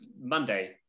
Monday